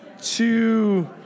two